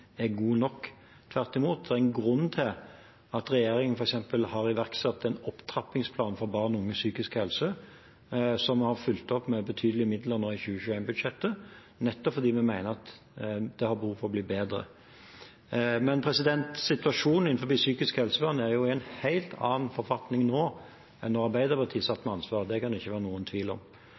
er god nok, tvert imot. Det er en grunn til at regjeringen f.eks. har iverksatt en opptrappingsplan for barn og unges psykiske helse, som vi har fulgt opp med betydelige midler nå i 2021-budsjettet, nettopp fordi vi mener at det har behov for å bli bedre. Men situasjonen innenfor psykisk helsevern er i en helt annen forfatning nå enn da Arbeiderpartiet satt med ansvaret, det kan det ikke være noen tvil om.